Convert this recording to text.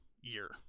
year